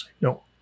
No